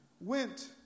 went